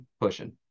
pushing